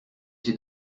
sais